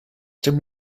dem